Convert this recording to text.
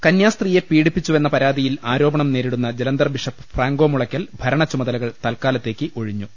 കന്യാസ്ത്രീയെ പീഡിപ്പിച്ചുവെന്ന പരാതിയിൽ ആരോപണം നേരിടുന്ന ജലന്ധർ ബിഷപ്പ് ഫ്രാങ്കോ മുളയ്ക്കൽ ഭരണചുമ തലകൾ തൽക്കാലത്തേക്ക് ഒഴിഞ്ഞു